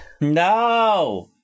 No